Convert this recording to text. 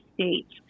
states